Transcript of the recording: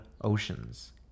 oceans